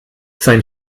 sein